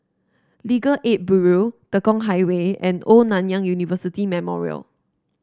Legal Aid Bureau Tekong Highway and Old Nanyang University Memorial